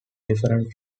different